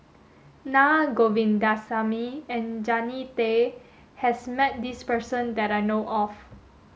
Naa Govindasamy and Jannie Tay has met this person that I know of